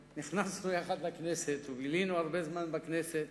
נכנסנו יחד לכנסת ובילינו הרבה זמן בכנסת